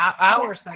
hours